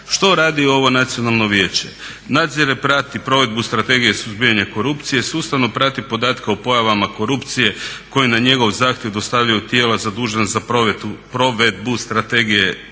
Što radi ovo Nacionalno vijeće? Nadzire i prati provedbu Strategije suzbijanja korupcije, sustavno prati podatke o pojavama korupcije koje na njegov zahtjev dostavljaju tijela zadužena za provedbu Strategije korupcije,